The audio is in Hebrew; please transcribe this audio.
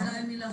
השאלה מי מכריע.